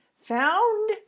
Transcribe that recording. found